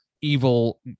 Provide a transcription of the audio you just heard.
evil